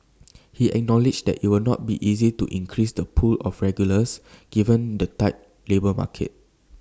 he acknowledged that IT will not be easy to increase the pool of regulars given the tight labour market